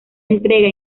entrega